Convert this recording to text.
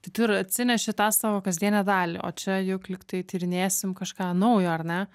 tai tu ir atsineši tą savo kasdienę dalį o čia juk lyg tai tyrinėsim kažką naujo ar ne